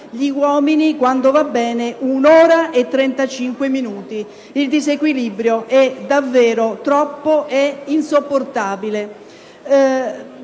gli uomini, quando va bene, un'ora e 35 minuti. Il disequilibrio è davvero troppo e insopportabile.